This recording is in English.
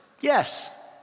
Yes